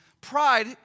Pride